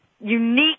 unique